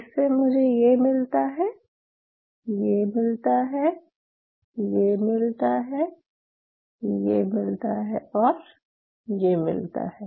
इससे मुझे ये मिलता है ये मिलता है ये मिलता है ये मिलता है और ये मिलता है